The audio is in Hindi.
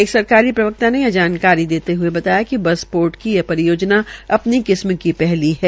एक सरकारी प्रवक्ता ने यह जानकारी देते हये बताया कि बस पोर्ट कीयह परियोजनो अपनी किस्त की पहली है